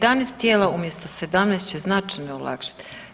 11 tijela umjesto 17 će značajno olakšati.